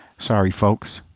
sorry, folks.